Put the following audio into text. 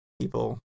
people